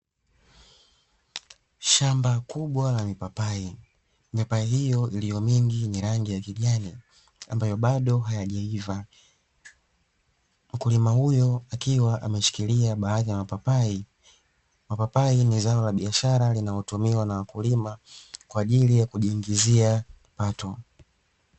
Shamba kubwa la mipapai, mipapai hiyo iliyomingi yenye rangi ya kijani ambayo bado hayajaiva, mkulima huyo akiwa ameshikilia baadhi ya mapapai, mapapai ni zao la biashara linalo tumiwa na wakulima kwa ajili ya kujiingizia kipato.